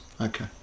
okay